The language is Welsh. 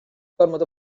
gormod